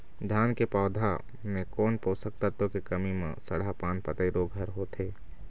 धान के पौधा मे कोन पोषक तत्व के कमी म सड़हा पान पतई रोग हर होथे?